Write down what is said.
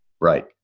Right